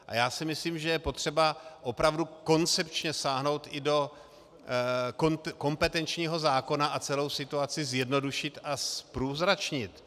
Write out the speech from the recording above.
A já si myslím, že je potřeba opravdu koncepčně sáhnout i do kompetenčního zákona a celou situaci zjednodušit a zprůzračnit.